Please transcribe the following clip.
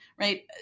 right